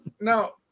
Now